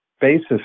basis